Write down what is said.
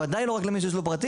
בוודאי לא רק למי שיש פרטי,